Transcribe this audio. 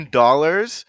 dollars